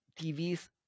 TV's